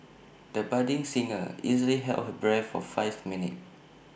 the budding singer easily held her breath for five minutes